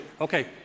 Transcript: Okay